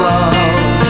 Love